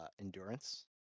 endurance